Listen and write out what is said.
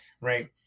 right